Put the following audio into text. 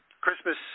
Christmas